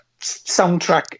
soundtrack